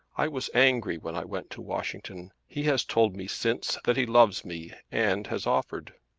i was angry when i went to washington. he has told me since that he loves me and has offered.